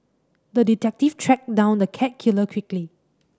the detective tracked down the cat killer quickly